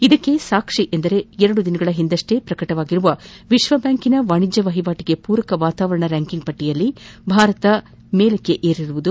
ಇದಕ್ಕೆ ಸಾಕ್ಷಿ ಎಂದರೆ ಎರಡು ದಿನಗಳ ಹಿಂದಷ್ಲೇ ಪ್ರಕಟವಾದ ವಿಶ್ವ ಬ್ಯಾಂಕ್ನ ವಾಣಿಜ್ಯ ವಹಿವಾಟಿಗೆ ಪೂರಕ ವಾತಾವರಣ ರ್ಯಾಂಕಿಂಗ್ನಲ್ಲಿ ಭಾರತ ಮೇಲೇರಿರುವುದು